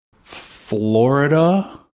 Florida